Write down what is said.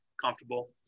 comfortable